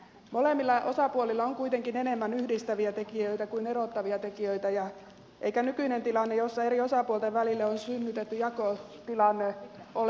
molemmilla osapuolilla on kuitenkin enemmän yhdistäviä tekijöitä kuin erottavia tekijöitä eikä nykyinen tilanne jossa eri osapuolten välille on synnytetty jakotilanne ole hyvä